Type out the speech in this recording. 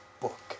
book